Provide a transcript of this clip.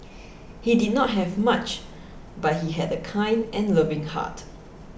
he did not have much but he had a kind and loving heart